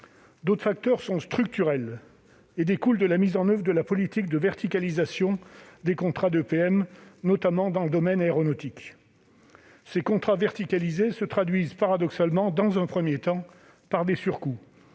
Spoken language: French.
D'autres facteurs sont structurels et découlent de la mise en oeuvre de la politique de verticalisation des contrats d'EPM, notamment dans le domaine aéronautique. Ces contrats verticalisés se traduisent paradoxalement, dans un premier temps, par des surcoûts